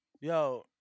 Yo